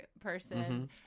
person